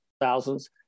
thousands